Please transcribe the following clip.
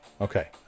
Okay